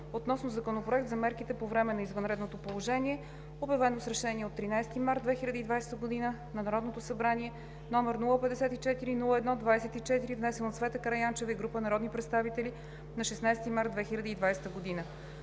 относно Законопроект за мерките по време на извънредното положение, обявено с Решение от 13 март 2020 г. на Народното събрание, № 054-01-24 , внесен от Цвета Караянчева и група народни представители на 16 март 2020 г.